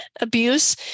abuse